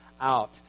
out